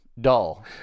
dull